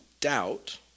Doubt